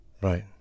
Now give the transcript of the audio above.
Right